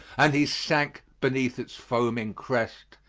and he sank beneath its foaming crest,